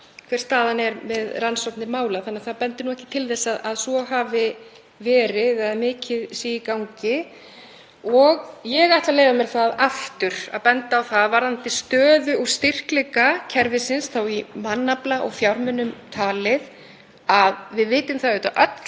hver staðan er við rannsóknir mála. Það bendir ekki til að svo hafi verið eða að mikið sé í gangi. Ég ætla að leyfa mér aftur að benda á varðandi stöðu og styrkleika kerfisins, þá í mannafla og fjármunum talið, að við vitum það auðvitað öll,